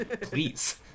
please